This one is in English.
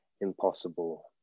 impossible